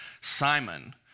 Simon